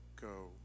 go